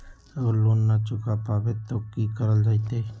अगर लोन न चुका पैबे तो की करल जयते?